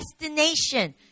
destination